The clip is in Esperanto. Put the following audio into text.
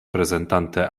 prezentante